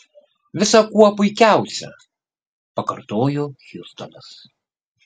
visa kuo puikiausia pakartojo hjustonas